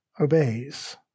obeys